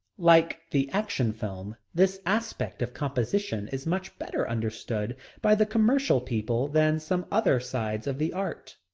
like the action film, this aspect of composition is much better understood by the commercial people than some other sides of the art.